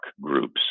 groups